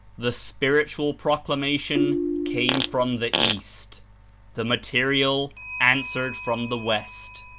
the spiritual pro clamation came from the east the material answered from the west.